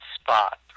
spot